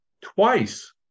twice